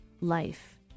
life